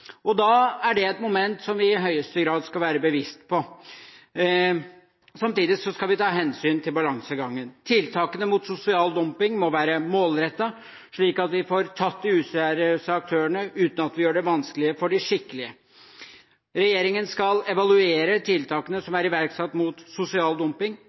er et moment som vi i høyeste grad skal være bevisst på. Samtidig skal vi ta hensyn til balansegangen. Tiltakene mot sosial dumping må være målrettede, slik at vi får tatt de useriøse aktørene, uten at vi gjør det vanskeligere for de skikkelige. Regjeringen skal evaluere tiltakene som er iverksatt mot sosial dumping.